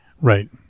Right